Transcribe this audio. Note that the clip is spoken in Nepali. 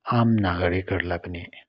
आम नागरिकहरूलाई पनि